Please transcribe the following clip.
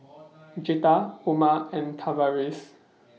Jetta Oma and Tavaris